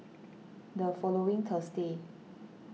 the following Thursday